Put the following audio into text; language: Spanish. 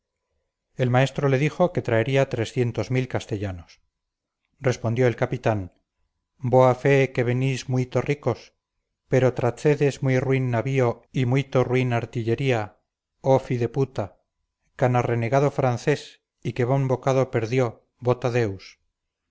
el maestro le dijo que traería trescientos mil castellanos respondió el capitán boa fe que venis muito ricos pero trazedes muy ruin navio y muito ruin artilleria o fi de puta can a renegado francés y que bon bocado perdio vota deus ora